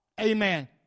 Amen